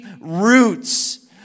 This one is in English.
roots